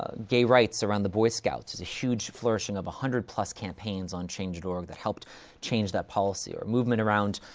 ah gay rights around the boy scouts there's a huge flourishing of a hundred-plus campaigns on change dot org that helped change that policy. or movement around,